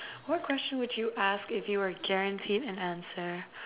what question would you ask if you're guaranteed an answer